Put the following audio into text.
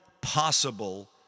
possible